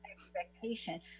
Expectation